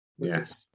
Yes